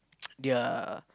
their